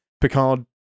Picard